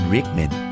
Rickman